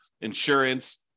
insurance